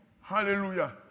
Hallelujah